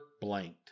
blanked